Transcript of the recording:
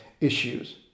issues